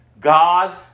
God